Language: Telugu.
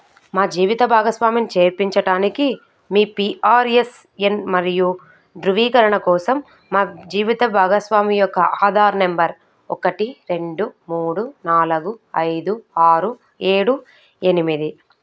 మా జీవిత భాగస్వామిని చేర్పించటానికి మీ పీఆర్ఎస్ఎన్ మరియు ధ్రువీకరణ కోసం మా జీవిత భాగస్వామి యొక్క ఆధార్ నెంబర్ ఒకటి రెండు మూడు నాలుగు ఐదు ఆరు ఏడు ఎనిమిది